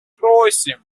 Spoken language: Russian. просим